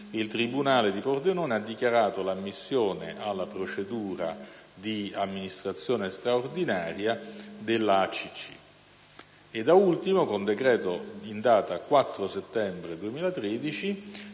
il tribunale di Pordenone ha dichiarato l'ammissione alla procedura di amministrazione straordinaria della ACC e, da ultimo, con decreto in data 4 settembre 2013,